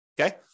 Okay